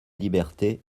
liberté